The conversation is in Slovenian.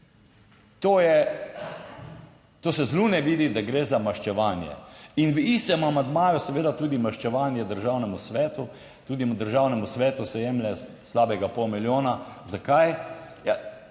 To se z Lune vidi, da gre za maščevanje. In v istem amandmaju seveda tudi maščevanje Državnemu svetu. Tudi Državnemu svetu se jemlje slabega pol milijona, Zakaj?